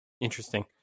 Interesting